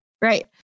right